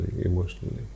emotionally